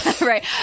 right